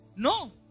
No